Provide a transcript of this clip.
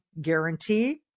guarantee